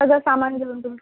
सगळं सामान घेऊन तुमचं